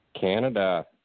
Canada